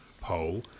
poll